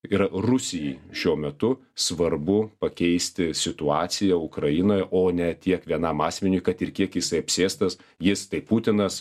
ir rusijai šiuo metu svarbu pakeisti situaciją ukrainoje o ne tiek vienam asmeniui kad ir kiek jisai apsėstas jis tai putinas